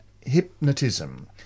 hypnotism